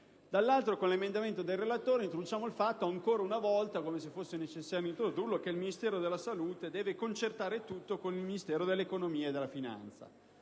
canto, con l'emendamento del relatore, introduciamo ancora una volta (come se fosse necessario farlo) il concetto che il Ministero della salute deve concertare tutto con il Ministero dell'economia e delle finanze.